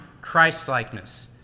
Christ-likeness